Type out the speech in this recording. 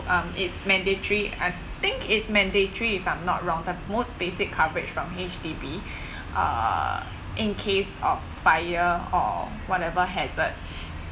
um it's mandatory I think is mandatory if I'm not wrong the most basic coverage from H_D_B uh in case of fire or whatever hazard